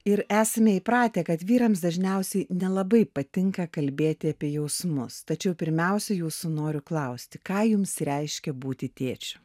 ir esame įpratę kad vyrams dažniausiai nelabai patinka kalbėti apie jausmus tačiau pirmiausia jūsų noriu klausti ką jums reiškia būti tėčiu